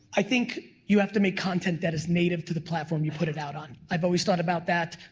i think, you have to make content that is native to the platform you put it out on. i've always thought about that,